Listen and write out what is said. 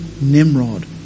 Nimrod